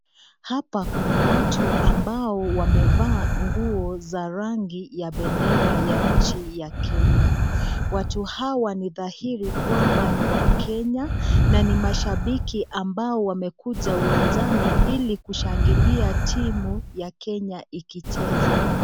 Hapa kuna watu ambao wamevaa nguo za rangi ya bendera ya nchi ya Kenya. Watu hawa ni dhahiri kwamba ni wakenya na ni mashabiki ambao wamekuja uwanjani hili kushangilia timu ya Kenya ikicheza.